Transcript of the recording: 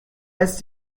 ist